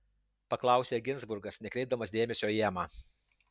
paklausė ginzburgas nekreipdamas dėmesio į emą